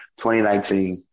2019